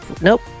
nope